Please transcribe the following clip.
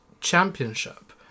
championship